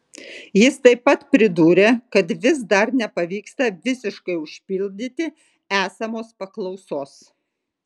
jis taip pat pridūrė kad vis dar nepavyksta visiškai užpildyti esamos paklausos